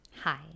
Hi